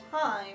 time